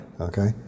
Okay